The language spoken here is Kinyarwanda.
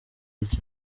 iki